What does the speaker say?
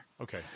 Okay